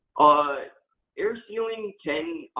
ah air sealing can